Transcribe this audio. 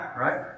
right